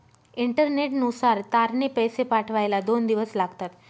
इंटरनेटनुसार तारने पैसे पाठवायला दोन दिवस लागतात